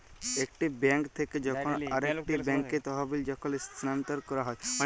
একটি বেঙ্ক থেক্যে যখন আরেকটি ব্যাঙ্কে তহবিল যখল স্থানান্তর ক্যরা হ্যয়